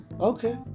okay